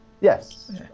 Yes